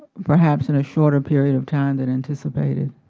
perhaps in a short period of time than anticipated.